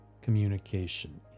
communication